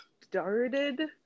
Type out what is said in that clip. started